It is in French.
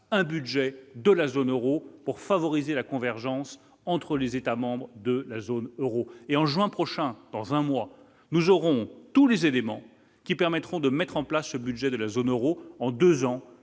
un budget de la zone Euro pour favoriser la convergence entre les États-membres de la zone Euro et en juin prochain dans un mois nous aurons tous les éléments qui permettront de mettre en place ce budget de la zone Euro en 2 ans,